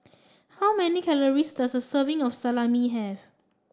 how many calories does a serving of Salami have